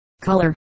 color